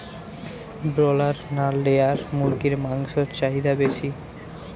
Broiler না layer মুরগির মাংসর চাহিদা বেশি?